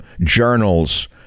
journals